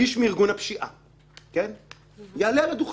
הרעיון היה שעד ה-23 שנים, זה מה